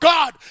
God